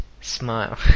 smile